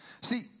See